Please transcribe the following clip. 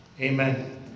Amen